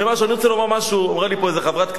אמרה לי איזו חברת כנסת,